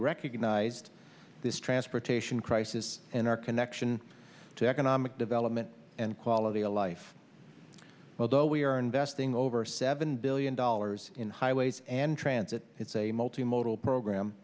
recognized this transportation crisis and our connection to economic development and quality of life well though we are investing over seven billion dollars in highways and transit it's a multi modal program